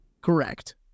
Correct